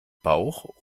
bauch